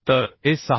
तर हे 6